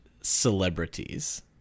celebrities